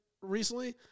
recently